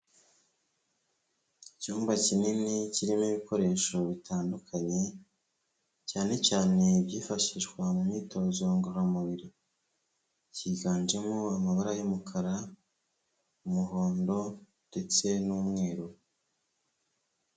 Icyumba kinini kirimo ibikoresho bitandukanye, cyane cyane byifashishwa mu myitozo ngororamubiri. Cyiganjemo amabara y'umukara, umuhondo ndetse n'umweru.